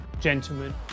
gentlemen